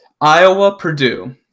Iowa-Purdue